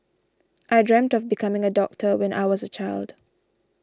I dreamt of becoming a doctor when I was a child